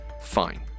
Fine